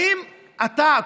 האם אתה,